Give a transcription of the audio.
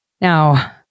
Now